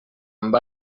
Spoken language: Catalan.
amb